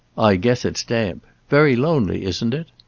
i guess it's damp. very lonely isn't it?